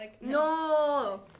no